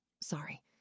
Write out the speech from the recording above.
Sorry